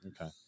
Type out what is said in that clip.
Okay